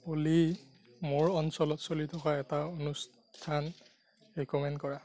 অ'লি মোৰ অঞ্চলত চলি থকা এটা অনুষ্ঠান ৰেক'মেণ্ড কৰা